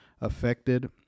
affected